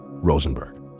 Rosenberg